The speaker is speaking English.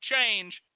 change